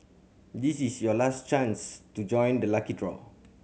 this is your last chance to join the lucky draw